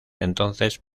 entonces